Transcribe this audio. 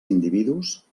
individus